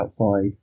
outside